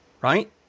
right